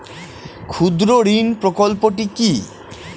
ক্ষুদ্রঋণ প্রকল্পটি কি?